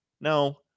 no